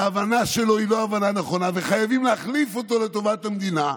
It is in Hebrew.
וההבנה שלו היא לא הבנה נכונה וחייבים להחליף אותו לטובת המדינה.